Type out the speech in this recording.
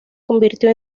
convirtió